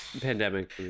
pandemic